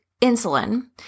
insulin